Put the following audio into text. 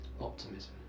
Optimism